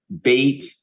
bait